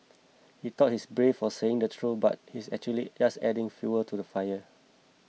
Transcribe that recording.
he thought he's brave for saying the truth but he's actually just adding fuel to the fire